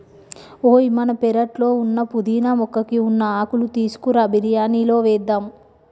ఓయ్ మన పెరట్లో ఉన్న పుదీనా మొక్కకి ఉన్న ఆకులు తీసుకురా బిరియానిలో వేద్దాం